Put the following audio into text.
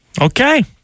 Okay